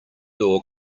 door